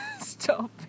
stop